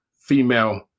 female